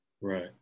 Right